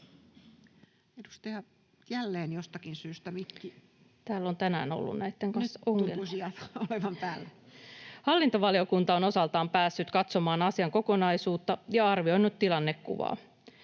Hallintovaliokunta on osaltaan päässyt katsomaan asian kokonaisuutta ja arvioinut tilannekuvaa.